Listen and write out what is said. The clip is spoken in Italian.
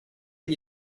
gli